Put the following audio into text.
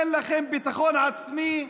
אין לכם ביטחון עצמי.